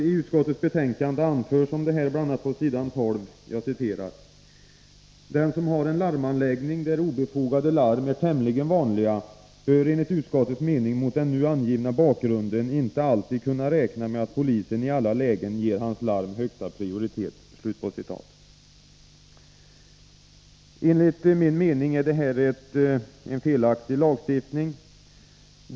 I utskottets betänkande anförs om detta, på s. 12, bl.a.: ”Den som har en larmanläggning där obefogade larm är tämligen vanliga bör enligt utskottets mening mot den nu angivna bakgrunden inte alltid kunna räkna med att polisen i alla lägen ger hans anläggning högsta prioritet.” Enligt min mening är detta en felaktig lagstiftning.